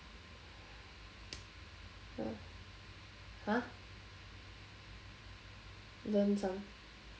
!huh! learn some